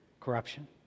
corruption